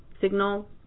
signal